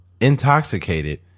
intoxicated